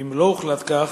ואם לא הוחלט כך,